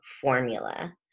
formula